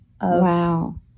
wow